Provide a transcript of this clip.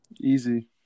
Easy